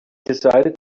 decided